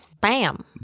Bam